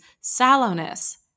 sallowness